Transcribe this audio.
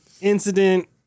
incident